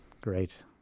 Great